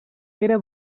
era